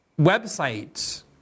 websites